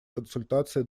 консультации